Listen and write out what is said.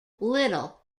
little